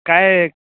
काय आहे